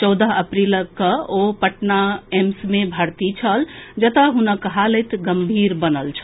चौदह अप्रैलक ओ पटना एम्स मे भर्ती छल जतऽ हुनक हालत गम्भीर बनल छल